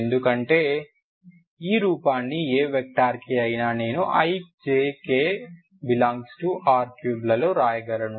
ఎందుకంటే ఈ రూపాన్ని ఏ వెక్టర్ కి అయినా నేను ijk R3లలో రాయగలను